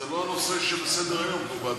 זה לא הנושא שבסדר-היום פה בהצבעה.